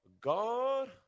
God